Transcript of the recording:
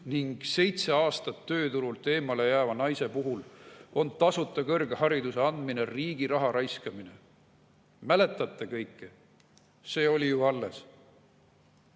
ning seitse aastat tööturult eemale jääva naise puhul on tasuta kõrghariduse andmine riigi raha raiskamine. Mäletate seda kõike, see oli ju alles?"